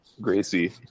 Gracie